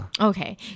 Okay